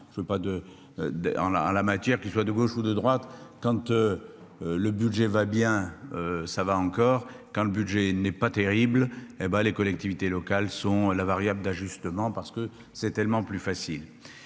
de. Ans la en la matière qu'qui soit de gauche ou de droite quand tu. Le budget va bien ça va encore quand le budget n'est pas terrible. Et ben les collectivités locales sont la variable d'ajustement parce que c'est tellement plus facile.